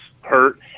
hurt